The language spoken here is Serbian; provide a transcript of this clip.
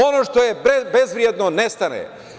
Ono što je bezvredno nestane.